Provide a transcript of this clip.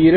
இங்கே